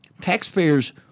Taxpayers